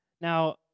Now